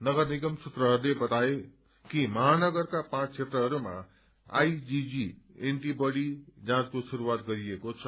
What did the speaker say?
नगरनिगम सूत्रहरूले बताए कि महानगरका पाँच क्षेत्रहरूमा आईजीजी एण्टी बडी जाँचको शुस्वात गरिएको छ